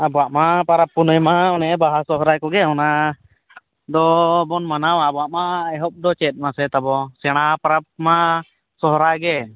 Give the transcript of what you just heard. ᱟᱵᱚᱣᱟᱜ ᱢᱟ ᱯᱚᱨᱚᱵᱽᱼᱯᱩᱱᱟᱹᱭ ᱢᱟ ᱚᱱᱮ ᱵᱟᱦᱟᱼᱥᱚᱦᱚᱨᱟᱭ ᱠᱚᱜᱮ ᱚᱱᱟᱫᱚᱵᱚᱱ ᱢᱟᱱᱟᱣᱟ ᱟᱵᱚᱣᱟᱜ ᱢᱟ ᱮᱦᱚᱵᱫᱚ ᱪᱮᱫ ᱢᱟᱥᱮᱛᱟᱵᱚ ᱥᱮᱬᱟ ᱯᱟᱨᱟᱵᱽ ᱢᱟ ᱥᱚᱦᱚᱨᱟᱭᱜᱮ